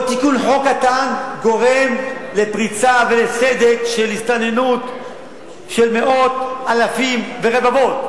כל תיקון חוק קטן גורם לפריצה ולסדק של הסתננות של מאות אלפים ורבבות.